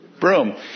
broom